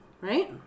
right